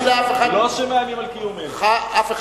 לא שמאיימים על קיומנו, אדוני היושב-ראש.